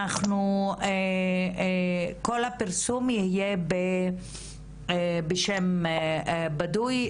כל הפרסום יהיה בשם בדוי,